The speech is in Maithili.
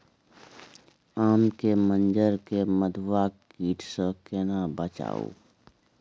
आम के मंजर के मधुआ कीट स केना बचाऊ?